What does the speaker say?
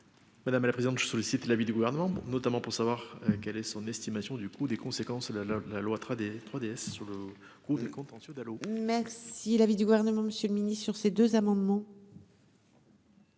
Madame la présidente, je sollicite l'avis du gouvernement, bon, notamment pour savoir quel est son estimation du coût des conséquences la la la loi 3D 3DS sur le coup des contentieux d'allô. Merci l'avis du gouvernement, Monsieur le Ministre, sur ces deux amendements.